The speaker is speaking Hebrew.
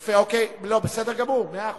יפה, אוקיי, בסדר גמור, מאה אחוז.